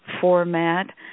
format